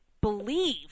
believe